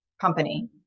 company